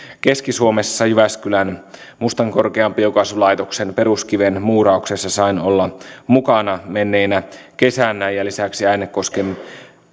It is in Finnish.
keski suomessa jyväskylän mustankorkean biokaasulaitoksen peruskiven muurauksessa sain olla mukana menneenä kesänä ja lisäksi äänekosken